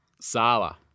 Sala